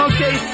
Okay